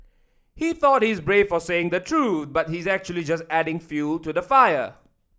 he thought he's brave for saying the truth but he's actually just adding fuel to the fire